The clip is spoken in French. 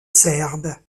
serbe